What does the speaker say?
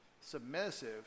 submissive